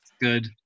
good